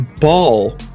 ball